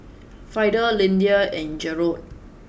Frieda Lyndia and Jerold